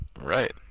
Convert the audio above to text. Right